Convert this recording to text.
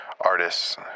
artists